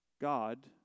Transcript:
God